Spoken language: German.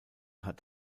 hat